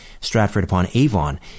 Stratford-upon-Avon